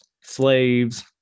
Slaves